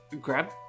grab